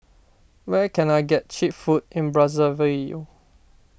where can I get Cheap Food in Brazzaville